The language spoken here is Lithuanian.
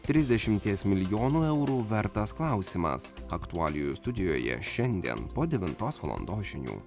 trisdešimties milijonų eurų vertas klausimas aktualijų studijoje šiandien po devintos valandos žinių